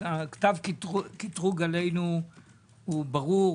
כתב הקטרוג עלינו הוא ברור,